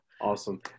Awesome